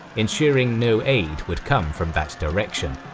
ensuring no aid would come from that direction.